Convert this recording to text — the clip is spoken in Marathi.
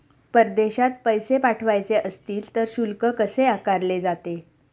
परदेशात पैसे पाठवायचे असतील तर शुल्क कसे आकारले जाते?